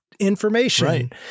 information